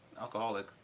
alcoholic